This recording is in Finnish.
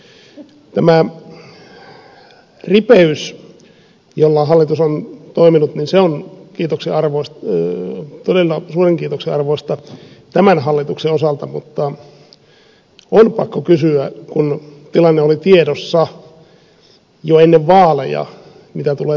tämä ripeys jolla hallitus on toiminut on todella suuren kiitoksen arvoista tämän hallituksen osalta mutta on pakko kysyä kun tilanne oli tiedossa jo ennen vaaleja mitä tulee tapahtumaan